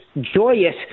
joyous